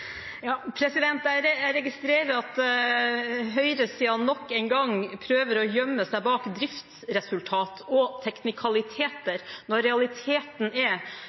Jeg registrerer at høyresiden nok en gang prøver å gjemme seg bak driftsresultat og teknikaliteter når realiteten er